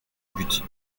but